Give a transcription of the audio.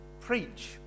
preach